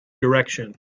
direction